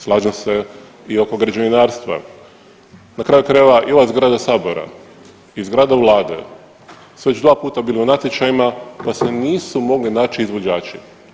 Slažem se i oko građevinarstva, na kraju krajeva i ova zgrada sabora i zgrada vlade su već dva puta bili u natječajima pa se nisu mogli naći izvođači.